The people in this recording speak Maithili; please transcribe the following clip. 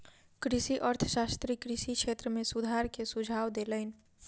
कृषि अर्थशास्त्री कृषि क्षेत्र में सुधार के सुझाव देलैन